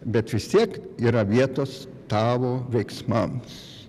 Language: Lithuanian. bet vis tiek yra vietos tavo veiksmams